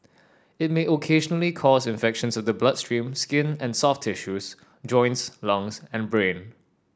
it may occasionally cause infections of the bloodstream skin and soft tissue joints lungs and brain